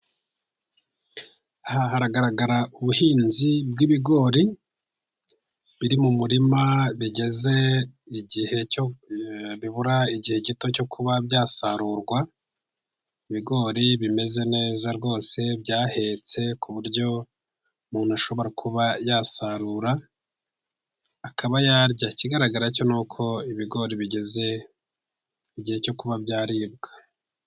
Aha haragaragara ubuhinzi bw'ibigori biri mu murima bigeze igihe cyo bibura igihe gito cyo kuba byasarurwa. Ibigori bimeze neza rwose byahetse ku buryo umuntu ashobora kuba yasarura akaba yarya ikigaragaracyo ni uko ibigori bigeze igihe cyo kuba byaribwa.